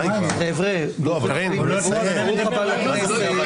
ברוך הבא לכנסת.